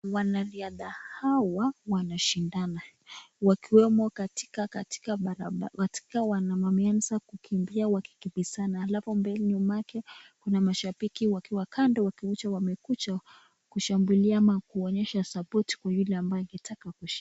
Wanariadha hawa wanashindana wakiwemo katika barabara. Wameanza kukimbia wakikimbizana alafu nyuma yake kuna mashabiki wakiwa kando wakionyesha wamekuja kushangilia ama kuonyesha sapoti kwa yule ambaye angetaka kushinda.